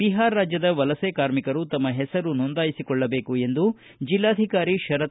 ಬಿಹಾರ ರಾಜ್ಯದ ವಲಸೆ ಕಾರ್ಮಿಕರು ತಮ್ಮ ಪೆಸರು ನೋಂದಾಯಿಸಿಕೊಳ್ಳಬೇಕು ಎಂದು ಜಿಲ್ಲಾಧಿಕಾರಿ ಶರತ್